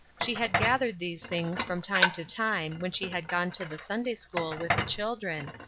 she had gathered these things from time to time when she had gone to the sunday-school with the children,